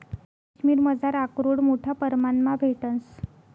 काश्मिरमझार आकरोड मोठा परमाणमा भेटंस